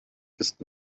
ist